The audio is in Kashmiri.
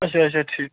اچھا اچھا ٹھیٖک